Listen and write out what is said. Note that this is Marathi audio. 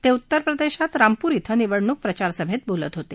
ते उत्तर प्रदेशात रामपूर धिं निवडणूक प्रचारसभेत बोलत होते